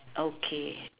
okay